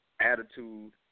Attitude